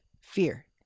fear